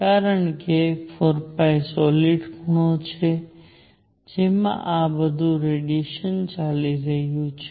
કારણકે 4 સોલીડ ખૂણો છે જેમાં આ બધું રેડીએશન ચાલી રહ્યું છે